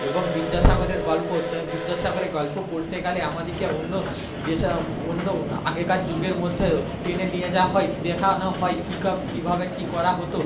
এবং বিদ্যাসাগরের গল্প তো বিদ্যাসাগরের গল্প পড়তে গেলে আমাদেকে অন্য দেশে অন্য আগেকার যুগের মধ্যে টেনে নিয়ে যাওয়া হয় দেখানো হয় কী কী ভাবে কী করা হতো